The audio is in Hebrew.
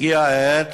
הגיעה העת